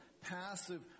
passive